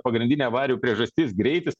pagrindinė avarijų priežastis greitis